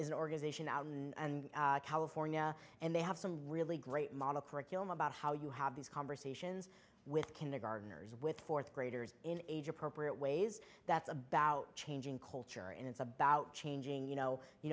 is an organization and california and they have some really great model curriculum about how you have these conversations with kindergartners with fourth graders in age appropriate ways that's about changing culture and it's about changing you know you